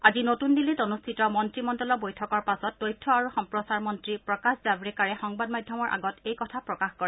আজি নতুন দিল্লীত অনুষ্ঠিত মন্ত্ৰীমণ্ডলৰ বৈঠকৰ পাছত তথ্য আৰু সম্প্ৰচাৰ মন্ত্ৰী প্ৰকাশ জাভড়েকাৰে সংবাদ মাধ্যমৰ আগত এই কথা প্ৰকাশ কৰে